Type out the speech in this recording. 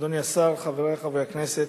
אדוני היושב-ראש, אדוני השר, חברי חברי הכנסת,